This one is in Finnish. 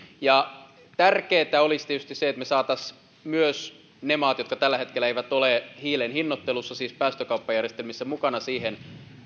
tärkeätä olisi tietysti se että me saisimme myös ne maat jotka tällä hetkellä eivät ole mukana hiilen hinnoittelussa siis päästökauppajärjestelmissä siihen